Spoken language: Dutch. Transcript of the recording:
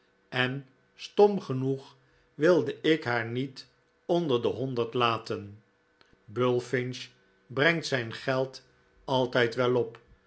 en stom genoeg wilde ik haar niet onder de honderd laten bulfinch brengt zijn geld altijd wel op